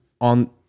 On